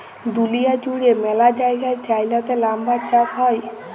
দুঁলিয়া জুইড়ে ম্যালা জায়গায় চাইলাতে লাম্বার চাষ হ্যয়